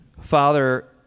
Father